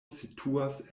situas